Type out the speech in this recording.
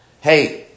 Hey